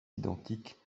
identiques